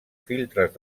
filtres